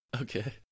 Okay